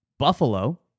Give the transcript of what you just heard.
Buffalo